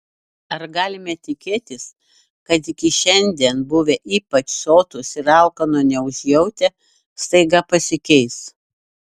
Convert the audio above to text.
ar galime tikėtis kad iki šiandien buvę ypač sotūs ir alkano neužjautę staiga pasikeis